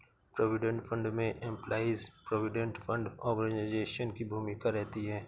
provident fund में employees provident fund organisation की भूमिका रहती है